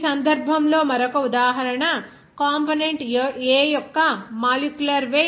ఈ సందర్భంలో మరొక ఉదాహరణ కంపోనెంట్ A యొక్క మాలిక్యులర్ వెయిట్ 32